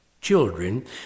children